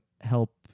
help